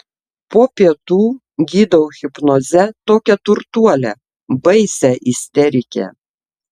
po pietų gydau hipnoze tokią turtuolę baisią isterikę